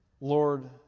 Lord